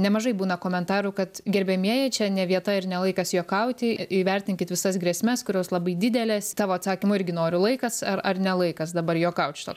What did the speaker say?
nemažai būna komentarų kad gerbiamieji čia ne vieta ir ne laikas juokauti įvertinkit visas grėsmes kurios labai didelės tavo atsakymo irgi noriu laikas ar ar ne laikas dabar juokaut šituo